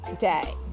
day